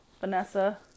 Vanessa